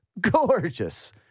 Gorgeous